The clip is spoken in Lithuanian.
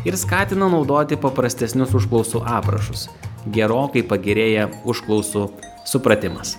ir skatina naudoti paprastesnius užklausų aprašus gerokai pagerėja užklausų supratimas